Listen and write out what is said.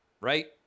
right